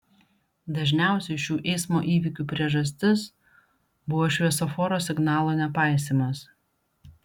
dažniausiai šių eismo įvykių priežastis buvo šviesoforo signalo nepaisymas